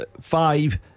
five